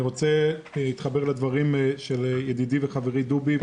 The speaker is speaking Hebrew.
אני רוצה להתחבר לדברים של ידידי וחברי דובי,